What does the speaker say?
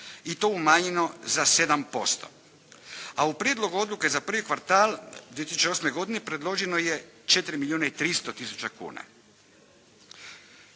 i to umanjeno za 7%, a u prijedlogu odluke za prvi kvartal 2008. godine predloženo je 4 milijuna i 300 tisuća kuna.